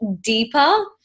deeper